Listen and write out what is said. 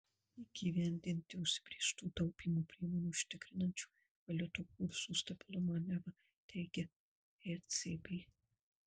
įgyvendinti užsibrėžtų taupymo priemonių užtikrinančių valiutų kursų stabilumą neva teigia ecb